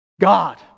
God